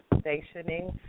stationing